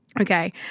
Okay